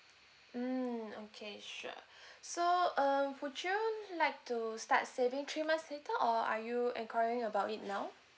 mm okay sure so um would you like to start saving three months later or are you enquiry about it now